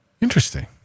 Interesting